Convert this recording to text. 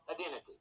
identity